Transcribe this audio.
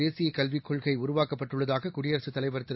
தேசிய கல்விக் கொள்கை உருவாக்கப்பட்டுள்ளதாக குடியரசுத் தலைவர் திரு